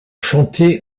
chanté